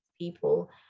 people